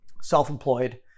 self-employed